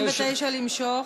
למשוך,